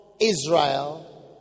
Israel